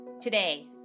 Today